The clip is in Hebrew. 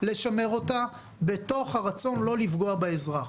לשמר אותה בתוך הרצון לא לפגוע באזרח.